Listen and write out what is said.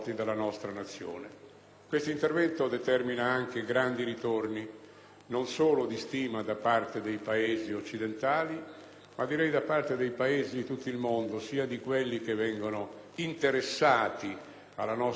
non solo da parte dei Paesi occidentali, ma direi da parte dei Paesi di tutto il mondo, in particolare di quelli che vengono interessati dalla nostra azione, con le loro popolazioni ed i loro capi politici o religiosi.